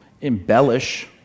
embellish